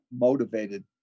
motivated